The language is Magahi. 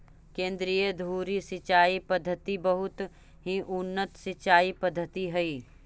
केन्द्रीय धुरी सिंचाई पद्धति बहुत ही उन्नत सिंचाई पद्धति हइ